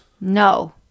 No